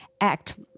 act